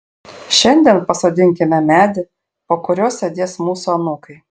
šiandien pasodinkime medį po kuriuo sėdės mūsų anūkai